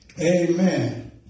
Amen